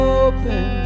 open